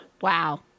Wow